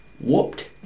Whooped